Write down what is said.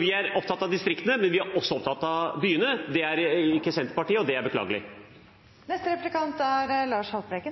Vi er opptatt av distriktene, men vi er også opptatt av byene. Det er ikke Senterpartiet, og det er